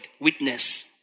witness